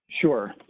Sure